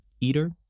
eater